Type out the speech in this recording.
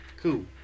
Cool